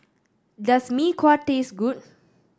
does Mee Kuah taste good